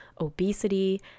obesity